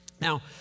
Now